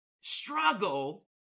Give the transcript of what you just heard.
struggle